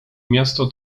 miasto